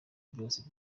byose